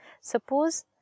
Suppose